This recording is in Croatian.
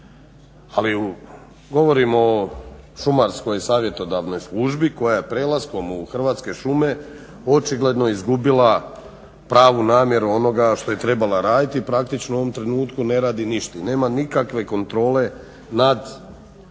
ali govorimo o Šumarskoj savjetodavnoj službi koja je prelaskom u Hrvatske šume očigledno izgubila pravu namjeru onoga što je trebala raditi i praktično u ovom trenutku ne radi ništa i nema nikakve kontrole nad ja